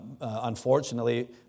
Unfortunately